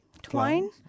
Twine